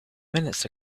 minutes